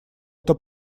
это